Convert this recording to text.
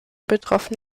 betroffen